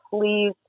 please